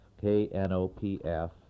K-N-O-P-F